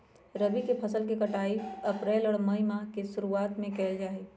रबी के फसल के कटाई अप्रैल और मई माह के शुरुआत में कइल जा हई